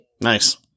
Nice